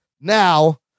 now